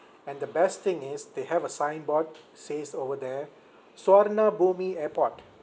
and the best thing is they have a signboard says over there suvarnabhumi airport